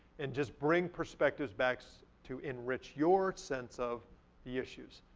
and just bring perspectives back so to enrich your sense of the issues.